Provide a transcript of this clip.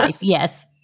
Yes